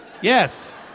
yes